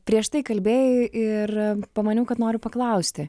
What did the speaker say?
prieš tai kalbėjai ir pamaniau kad noriu paklausti